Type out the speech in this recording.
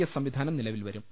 S സംവിധാനം നിലവിൽ വരും